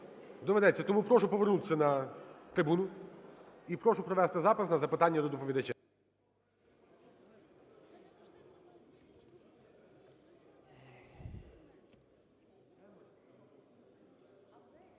Доведеться! Тому прошу повернутися на трибуну і прошу провести запис на запитання до доповідача.